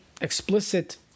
explicit